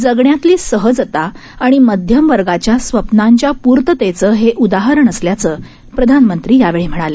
जगण्यातलीसहजताआणिमध्यमवर्गाच्यास्वप्नांच्यापूर्ततेचंहेउदाहरणअसल्याचंप्रधानमंत्रीयावेळीम्हणाले